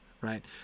Right